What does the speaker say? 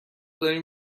داریم